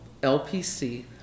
LPC